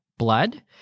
blood